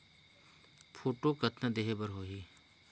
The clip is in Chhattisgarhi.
फोटो कतना देहें बर होहि?